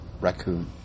raccoon